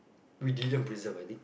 we didn't preserve I think